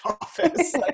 office